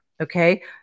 Okay